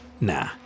nah